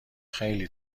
خیلی